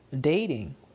dating